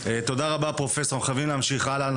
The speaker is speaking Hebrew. תודה רבה פרופסור, אנחנו חייבים להמשיך הלאה.